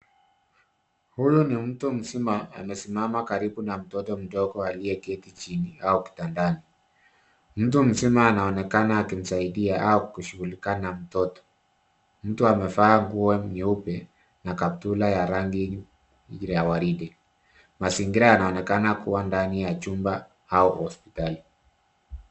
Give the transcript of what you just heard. Huyu ni mtu mzima amesimama karibu na mtoto mdogo aliyeketi chini au kitandani ,mtu mzima anaonekana akimsaidia au kushughulika na mtoto ,mtu amevaa nguo nyeupe na kaptula ya rangi ya waridi, mazingira yanaonekana kuwa ndani ya chumba au hospitali.